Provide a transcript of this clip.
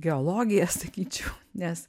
geologiją sakyčiau nes